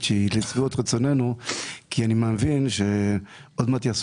שהיא לשביעות רצוננו כי אני מבין שעוד מעט יעשו